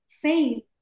faith